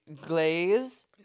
glaze